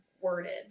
worded